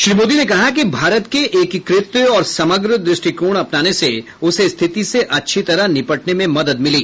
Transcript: श्री मोदी ने कहा कि भारत के एकीकृत और समग्र दृष्टिकोण अपनाने से उसे स्थिति से अच्छी तरह निपटने में मदद मिली